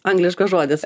angliškas žodis